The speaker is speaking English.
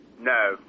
No